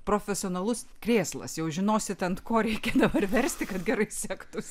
profesionalus krėslas jau žinosit ant ko reikia dabar versti kad gerai sektųsi